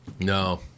No